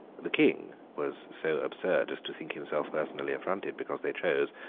the king was so absurd as to think himself personally affronted because they chose,